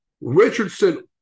Richardson